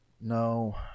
No